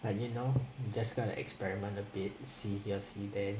I didn't know just gonna experiment a bit see here see there